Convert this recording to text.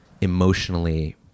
emotionally